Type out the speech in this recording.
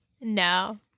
No